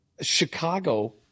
Chicago